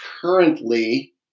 currently